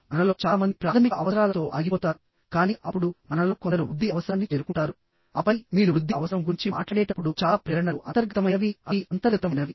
మనలో చాలా మంది ప్రాథమిక అవసరాలతో ఆగిపోతారు కానీ అప్పుడు మనలో కొందరు వృద్ధి అవసరాన్ని చేరుకుంటారు ఆపై మీరు వృద్ధి అవసరం గురించి మాట్లాడేటప్పుడు చాలా ప్రేరణలు అంతర్గతమైనవి అవి అంతర్గతమైనవి